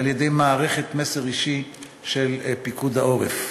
על-ידי מערכת "מסר אישי" של פיקוד העורף.